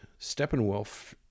Steppenwolf